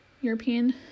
European